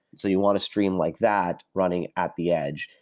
so you want to stream like that running at the edge,